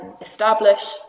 established